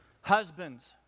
Husbands